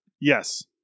Yes